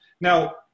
Now